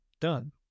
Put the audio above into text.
done